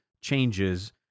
changes